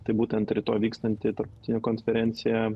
tai būtent rytoj vykstanti tarptautinė konferencija